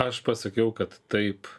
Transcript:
aš pasakiau kad taip